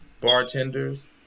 bartenders